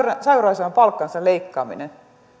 sairausajan palkkansa leikkaaminen